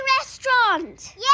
restaurant